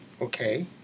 Okay